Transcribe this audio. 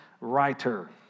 writer